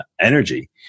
energy